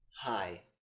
Hi